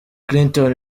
clinton